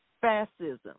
fascism